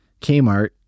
kmart